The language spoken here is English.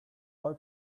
oil